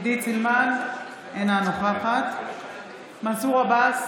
סילמן, אינה נוכחת מנסור עבאס,